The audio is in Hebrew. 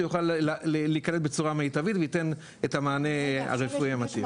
הוא יוכל להיקלט בצורה מיטבית וייתן את המענה הרפואי המתאים.